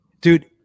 dude